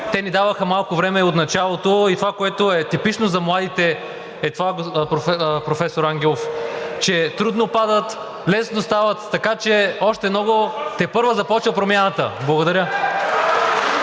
те ни даваха малко време и от началото. Типично за младите е това, професор Ангелов, че трудно падат, лесно стават, така че тепърва започва промяната. Благодаря.